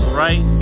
right